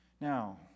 Now